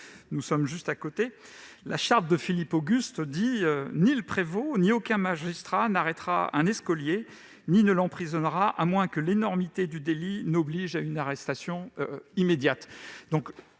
se trouve juste à côté d'ici. La charte de Philippe Auguste affirme :« Ni le prévôt, ni aucun magistrat n'arrêtera un écolier ni ne l'emprisonnera, à moins que l'énormité du délit n'oblige à une arrestation immédiate. »